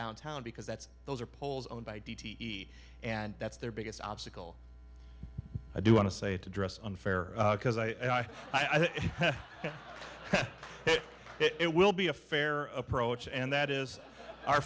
downtown because that's those are poles owned by d t e and that's their biggest obstacle i do want to say to dress on fair because i i think it will be a fair approach and that is our